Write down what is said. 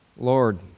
Lord